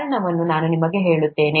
ಕಾರಣವನ್ನು ನಾನು ನಿಮಗೆ ಹೇಳುತ್ತೇನೆ